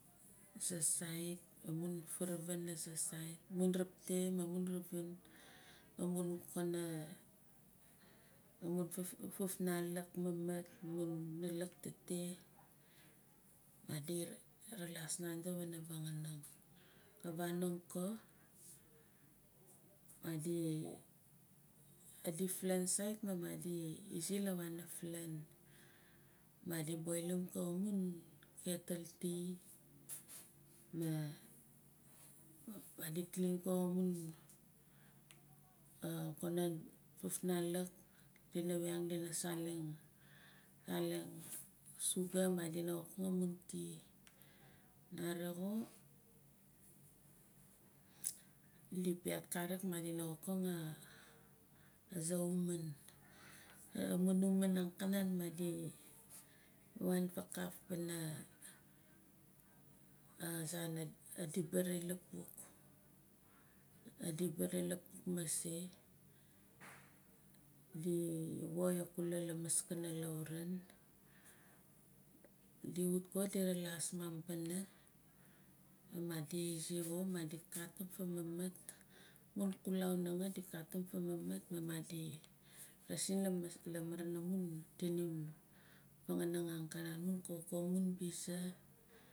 Amun furaavin laa saa siat amun repte ma amun nain amun kana amun fuf nalik ma maar amun nalik tete madi raalas nadi pana vanganing ka vanong ko madi, aflaan sait maa izi la wana flaan madi boilim ko amun kettle tea, madi kling ko amun fufnalik dina saleng sugar madina wokang amun tea. Naare xo di piaat kaarik dina wokang aaza humun. Amun humun angkanan madi waan faakaaf pana aazaan adi baare lapuk adi baare lapuk mase di woi lamaskana auraan di wut ko di ralaas maam pana madi izi xo madi katim famamat amun xulau naanga di katim famamat maa madi raasin laa marana mun tinum varang amun kaukau bize.